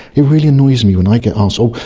it really annoys me when i get um so